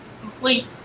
complete